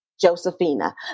Josephina